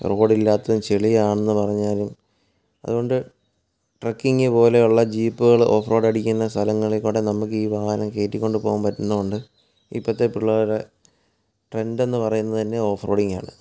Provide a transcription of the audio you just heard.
റോഡില്ലാത്തതും ചെളിയാണെന്നു പറഞ്ഞാലും അതുകൊണ്ട് ട്രെക്കിങ്ങ് പോലെയുള്ള ജീപ്പുകൾ ഓഫ്റോഡ് അടിക്കുന്ന സ്ഥലങ്ങളിൽക്കൂടെ നമുക്ക് ഈ വാഹനം കയറ്റിക്കൊണ്ട് പോകാൻ പറ്റുന്നതുകൊണ്ട് ഇപ്പോഴത്തെ പിള്ളേരുടെ ട്രെൻഡ് എന്ന് പറയുന്നത് തന്നെ ഓഫ്റോഡിങ് ആണ്